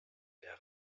der